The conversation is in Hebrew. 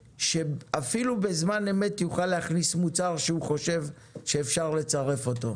שאפילו בזמן אמת יוכל להכניס מוצר שהוא חושב שאפשר לצרף אותו?